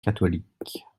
catholiques